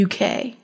UK